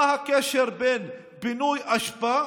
מה הקשר בין פינוי אשפה